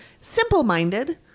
simple-minded